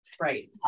Right